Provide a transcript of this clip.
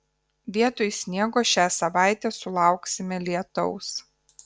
vietoj sniego šią savaitę sulauksime lietaus